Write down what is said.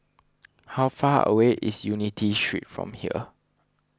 how far away is Unity Street from here